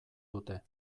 dute